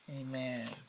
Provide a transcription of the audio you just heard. Amen